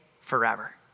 forever